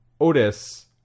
Otis